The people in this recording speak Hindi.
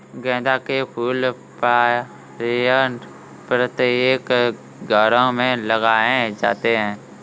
गेंदा के फूल प्रायः प्रत्येक घरों में लगाए जाते हैं